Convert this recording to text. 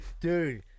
Dude